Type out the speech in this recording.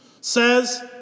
says